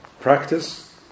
practice